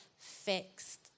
fixed